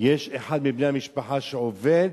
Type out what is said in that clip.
יש אחד מבני-המשפחה שעובד,